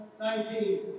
19